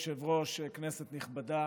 אדוני היושב-ראש, כנסת נכבדה,